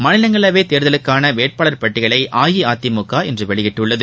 மாநிலங்களவை தேர்தலுக்கான வேட்டபாளர் பட்டியலை அஇஅதிமுக இன்று வெளியிட்டது